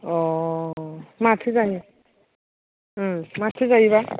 अ माथो जायो ओं माथो जायो बा